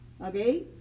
Okay